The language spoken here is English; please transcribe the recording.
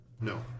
No